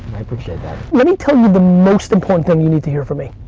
i appreciate that. let me tell you the most important thing you need to hear from me.